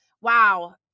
wow